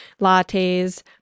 lattes